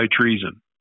treason